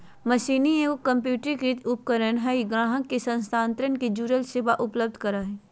machine एगो कंप्यूटरीकृत उपकरण हइ ग्राहक के हस्तांतरण से जुड़ल सेवा उपलब्ध कराबा हइ